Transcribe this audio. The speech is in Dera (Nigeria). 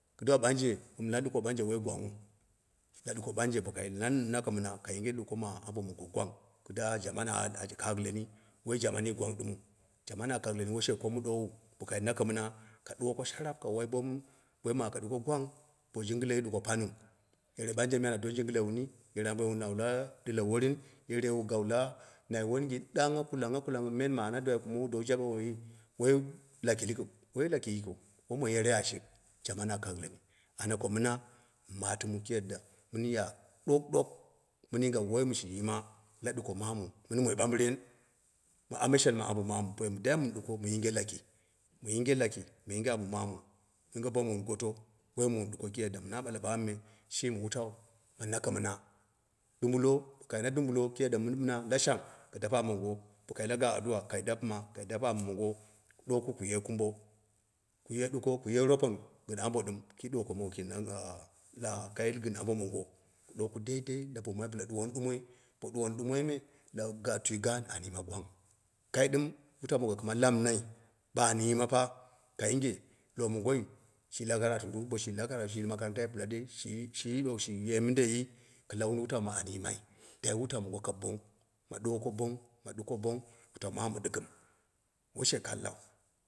Ɓangė wom na duko banje woi gwangnhu la bangjė bo kai nako min ka apuro ambo wom mɨ gwang da jaman a aateni kaap woi jamanni gwang ɗɨmɨu jaman a kagheli ni woi kii mɨ ɗuwau. Bo kai nako mina ka duko shaarap ka woi boim aka ɗuko gwang ba jingilėni ɗuko paniu. Yerei mɨ bannje woyi a doni jingɨle wuni, yerei amboi wa mawu ana dɨleworin, yerei wu gawu la nai wunduwo ɗangn kalangngh kalangnh a piner ma ana duwa duwai um wu dowo jabumu woyi woma yere yashik jaman a kaagheleni ko mina mɨ matumu kii yadda mɨn ya ɗokɗok mɨn yinga woyi mɨ shi yɨma la duko mamu mini moi ɓamɓɨren mu ame shen ma ambo mama. Kii yadda bo mu yinge laki, mu yinge laki mu yinge ambo mamu yinge boim mɨn goto boim min ɗuko kiii yand, na nako mina yinge bolmɨ min goto woi mɨ ɗuko kii yanda na ɓala ɓamui me, shi mi wutau ma nako mina dumbulo bo kai na dumbo kii mɨn na yala shang ka dape ambo mongo bo kai natala gaawi addu'a kai dape ambo mongo, ku ɗuwo ku ku ye kambo ku duko ku rohon gɨn ambo ɗɨm kii ɗukoma kai gɨn ambo mongo ku ɗawo daidai dapemai ku ɗuwoku ɗumoi, bo ɗuwoni ɗumoiyi me ku kau tai gaan an yima gwang, kai ɗɨm wutau mongo ma hamnai bo an yimafa ka yinge lowo mongo woi shi lakarake bo shi lakarafe, shi la makaranta pɨlandei? Shi do, shi ye mindei? Ka launi wutaumi an yima ka dai wutau mongo kaap bong ma ɗuwe ko bong, wutau mamu ɗɨgɨm woshe kallau